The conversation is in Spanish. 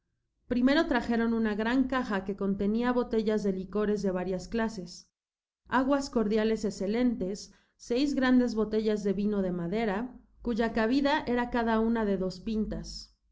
primero trajeron una gran caja que contenia botellas de licores de varias clases aguas cordiales escelentes seis grandes botellas de vino de madera cuya cabida era cada una de dos pintas